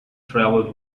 travelled